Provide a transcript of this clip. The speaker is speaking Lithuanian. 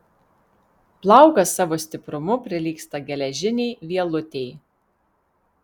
plaukas savo stiprumu prilygsta geležinei vielutei